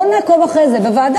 בואו נעקוב אחרי זה בוועדה.